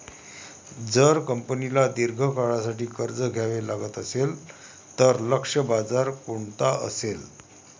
जर कंपनीला दीर्घ काळासाठी कर्ज घ्यावे लागत असेल, तर लक्ष्य बाजार कोणता असेल?